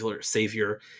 Savior